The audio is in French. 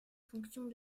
fonctions